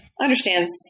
understands